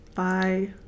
Bye